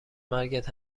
مرگت